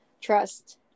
trust